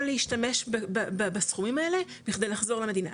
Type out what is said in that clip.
להשתמש בסכומים האלה בכדי לחזור למדינה,